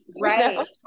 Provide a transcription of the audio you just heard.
right